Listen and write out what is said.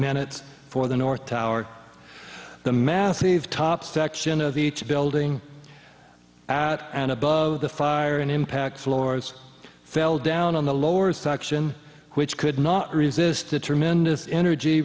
minutes for the north tower the massive top section of each building at and above the fire in impact floors fell down on the lower section which could not resist a tremendous energy